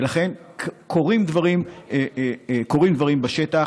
לכן קורים דברים בשטח,